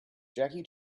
jackie